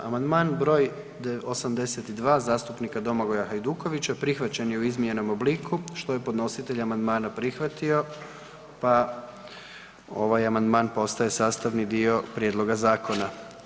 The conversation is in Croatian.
Amandman br. 82. zastupnika Domagoja Hajdukovića prihvaćen je u izmijenjenom obliku, što je podnositelj amandmana prihvatio, pa ovaj amandman postaje sastavni dio prijedloga zakona.